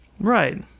Right